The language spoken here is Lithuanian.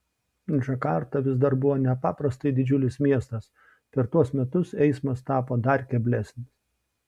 džakarta vis dar buvo nepaprastai didžiulis miestas per tuos metus eismas tapo dar keblesnis